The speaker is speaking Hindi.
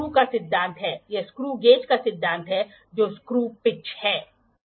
एंगल सीधे पढ़ता है वे हैं जो ब्लेड से आधार काउंटर तक क्लोकवैस बनते हैं हम इसे करते हैं